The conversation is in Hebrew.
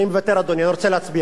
אני מוותר, אדוני, אני רוצה להצביע.